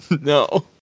No